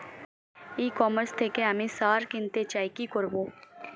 ই commerce থেকে আমি সার কিনতে চাই কি করব?